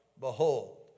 behold